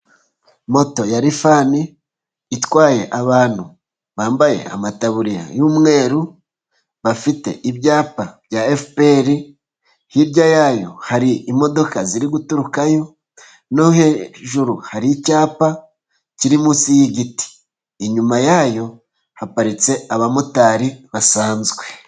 Moto ya lifanani itwaye abantu bambaye amataburiya y'umweru bafite ibyapa bya efuperi, hirya yayo hari imodoka ziri guturukayo no hejuru hari icyapa kiri munsi y'igiti. Inyuma yayo haparitse abamotari basanzwe.